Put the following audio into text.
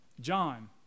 John